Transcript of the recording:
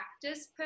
practice